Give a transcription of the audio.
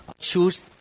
Choose